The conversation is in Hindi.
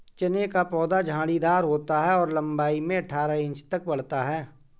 चने का पौधा झाड़ीदार होता है और लंबाई में अठारह इंच तक बढ़ता है